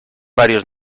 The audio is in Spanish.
varios